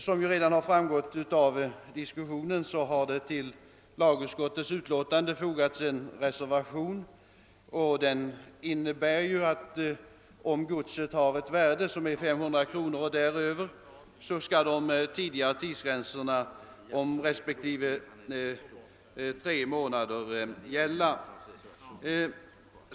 Som framgått av diskussionen har vid utlåtandet fogats en reservation. Däri yrkas att om godsets värde uppgår till 500 kronor eller däröver skall de tidigare tidsfristerna gälla.